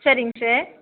சரிங்க சார்